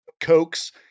Cokes